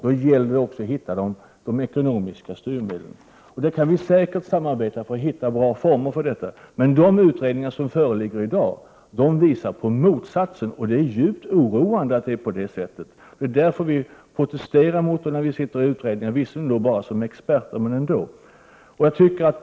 Då gäller det också att finna de ekonomiska styrmedlen. Vi kan säkert samarbeta för att hitta bra former för detta. Men de utredningar som föreligger i dag visar motsatsen, och det är djupt oroande att det är på det sättet. Det är därför vi protesterar i olika utredningar — visserligen bara som experter, men ändå!